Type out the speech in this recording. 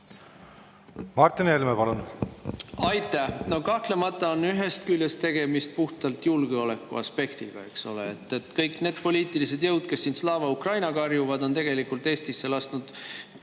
Martin Helme, palun! Aitäh! Kahtlemata on ühest küljest tegemist puhtalt julgeolekuaspektiga, eks ole. Kõik need poliitilised jõud, kes siin "Slava Ukraina" karjuvad, on tegelikult Eestisse lasknud